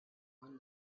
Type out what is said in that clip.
when